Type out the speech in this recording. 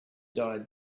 died